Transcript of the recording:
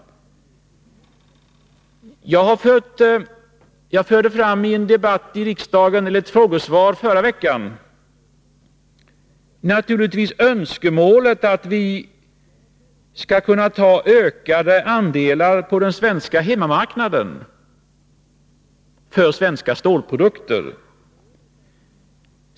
Jag förde fram i en debatt i riksdagen, i samband med ett frågesvar förra veckan, önskemålet att vi skall kunna få ökade andelar på den svenska hemmamarknaden för svenska stålprodukter.